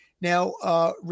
Now